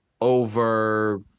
over